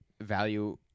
value